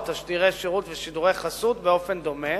תשדירי שירות ושידורי חסות באופן דומה,